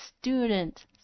Student